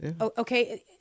Okay